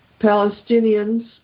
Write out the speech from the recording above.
Palestinians